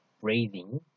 breathing